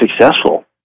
successful